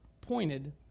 pointed